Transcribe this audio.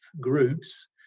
groups